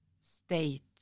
state